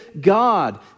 God